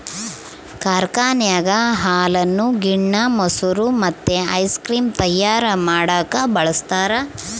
ಕಾರ್ಖಾನೆಗ ಹಾಲನ್ನು ಗಿಣ್ಣ, ಮೊಸರು ಮತ್ತೆ ಐಸ್ ಕ್ರೀಮ್ ತಯಾರ ಮಾಡಕ ಬಳಸ್ತಾರ